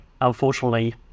unfortunately